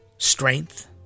Strength